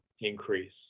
increase